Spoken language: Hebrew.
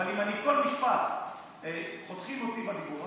אבל אם כל משפט חותכים אותי בדיבור,